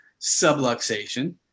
subluxation